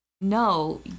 no